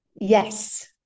Yes